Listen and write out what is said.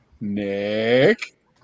Nick